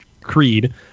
Creed